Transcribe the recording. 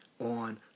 on